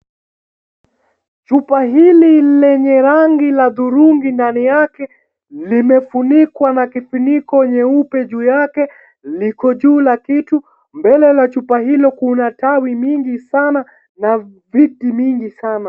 Chupa hili lenye rangi la dhurungi ndani yake limefunikwa na kifuniko nyeupe juu yake liko juu la kitu mbele la chupa hilo kuna tawi mingi sana na viti mingi sana.